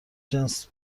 جنس